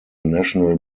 national